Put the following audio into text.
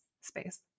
space